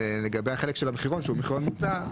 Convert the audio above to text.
לגבי החלק של המחירון, שהוא מחירון מוצע,